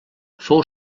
fou